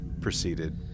proceeded